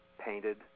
painted